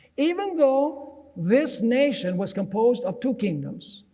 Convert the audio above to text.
even though this nation was composed of two kingdoms,